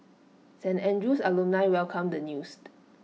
St Andrew's alumni welcomed the news